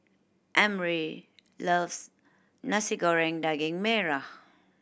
Emory loves Nasi Goreng Daging Merah